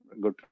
good